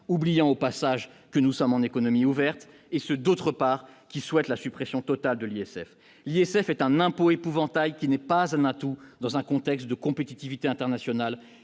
oubliant au passage que nous sommes en économie ouverte et ceux d'autre part, qui souhaite la suppression totale de l'ISF, l'ISF est un impôt épouvantail qui n'est pas un matou dans un contexte de compétitivité internationale